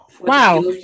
Wow